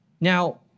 Now